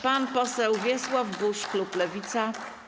Pan poseł Wiesław Buż, klub Lewica.